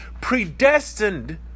predestined